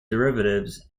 derivatives